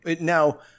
now